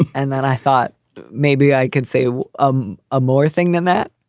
and then i thought maybe i could say um a more thing than that,